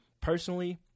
personally